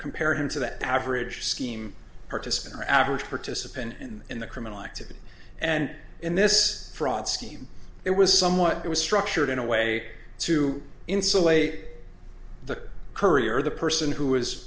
compared to the average scheme participant or average participant in the criminal activity and in this fraud scheme it was somewhat it was structured in a way to insulate the courier the person who